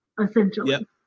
essentially